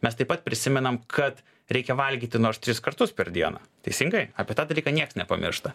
mes taip pat prisimenam kad reikia valgyti nors tris kartus per dieną teisingai apie tą dalyką nieks nepamiršta